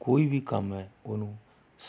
ਕੋਈ ਵੀ ਕੰਮ ਹੈ ਉਹਨੂੰ